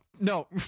No